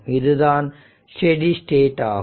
இது தான் steady state ஆகும்